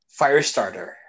Firestarter